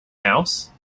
house